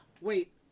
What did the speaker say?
wait